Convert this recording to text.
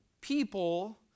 people